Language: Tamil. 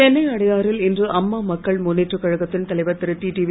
சென்னை அடையாறில் இன்று அம்மா மக்கள் முன்னேற்றக் கழகத்தின் தலைவர் திரு டிடிவி